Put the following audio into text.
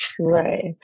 Right